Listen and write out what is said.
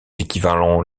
équivalents